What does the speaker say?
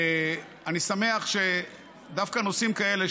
ואני שמח שדווקא נושאים כאלה,